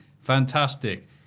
fantastic